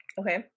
Okay